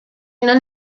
non